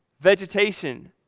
vegetation